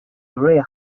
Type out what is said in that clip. urea